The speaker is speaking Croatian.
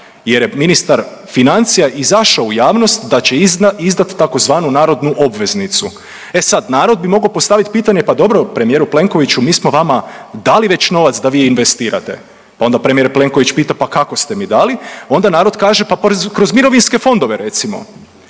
jer je ministar financija izašao u javnost da će izdat tzv. narodnu obveznicu. E sad, narod bi mogao postaviti pitanje pa dobro premijeru Plenkoviću mi smo već dali novac da vi investirate, pa onda premijer Plenković pita pa kako ste mi dali, onda narod kroz mirovinske fondove recimo.